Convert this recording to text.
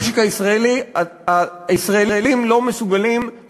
הישראלים לא מסוגלים,